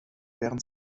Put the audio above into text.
während